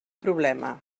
problema